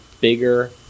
bigger